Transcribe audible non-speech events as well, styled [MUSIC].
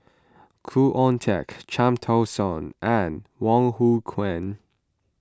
Khoo Oon Teik Cham Tao Soon and Wong Hong [UNINTELLIGIBLE]